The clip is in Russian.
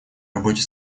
работе